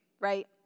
right